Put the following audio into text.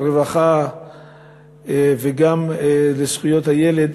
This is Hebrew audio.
הרווחה והבריאות וגם בוועדה לזכויות הילד,